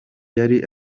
yari